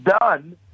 done